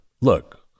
look